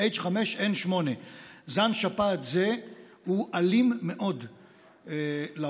H5N8. זן שפעת זה הוא אלים מאוד לעופות,